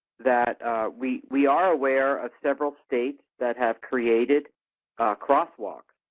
that we we are aware of several states that have created crosswalks.